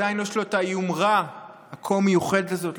עדיין יש לו היומרה הכה-מיוחדת הזאת,